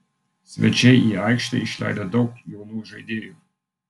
svečiai į aikštę išleido daug jaunų žaidėjų